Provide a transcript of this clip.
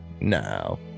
now